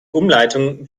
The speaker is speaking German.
umleitung